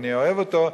אני אוהב אותו,